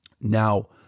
Now